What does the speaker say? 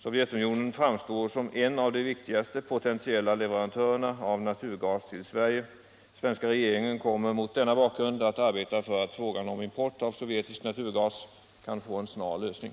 Sovjetunionen framstår som en av de viktigaste potentiella leverantörerna av naturgas till Sverige. Svenska regeringen kommer mot denna bakgrund att arbeta för att frågan om import av sovjetisk naturgas kan få en snar lösning.